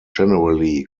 generally